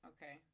Okay